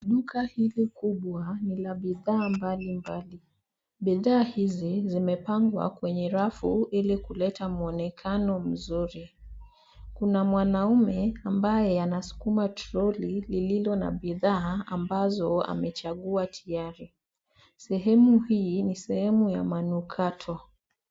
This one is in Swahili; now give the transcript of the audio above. Duka hili kubwa ni la bidhaa mbalimbali. Bidhaa hizi zimepangwa kwenye rafu huu ili kuleta muonekano mzuri. Kuna mwanaume ambaye anaskuma troli lililo na bidhaa ambazo amechagua tiyari .Sehemu hii ni sehemu ya manukato.